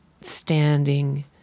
standing